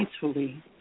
peacefully